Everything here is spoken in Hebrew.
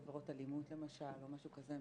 עבירות אלימות למשל או משהו כזה,